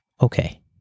Okay